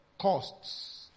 costs